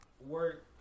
work